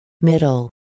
Middle